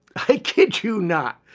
i kid you not.